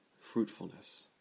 fruitfulness